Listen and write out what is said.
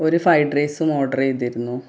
ഒരു ഫ്രൈഡ് റൈസും ഓര്ഡര് ചെയ്തിരുന്നു